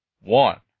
One